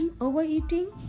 overeating